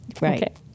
Right